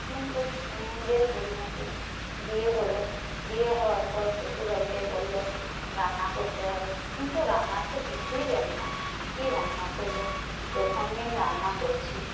কিন্তু মেয়েদের পরিণতি বিয়ে হলো বিয়ে হওয়ার পর শ্বশুরবাড়িতে বললো রান্না করতে হবে কিন্তু রান্নার তো কিছুই জানি না কি রান্না করবো প্রথম দিন রান্না করছি